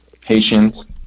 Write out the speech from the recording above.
patience